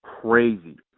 crazy